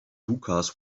hookahs